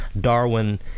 Darwin